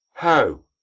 how!